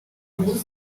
mashya